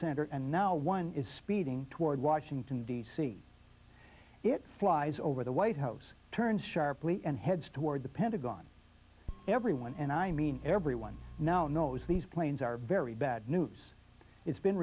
center and now one is speeding toward washington d c it flies over the white house turned sharply and heads toward the pentagon everyone and i mean everyone now knows these planes are very bad news it's been